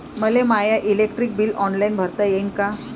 मले my electric bill online भरता येईन का?